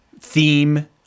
theme